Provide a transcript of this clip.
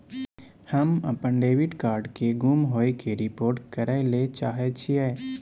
हम अपन debit card के गुम होय के रिपोर्ट करय ले चाहय छियै